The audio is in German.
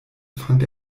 fand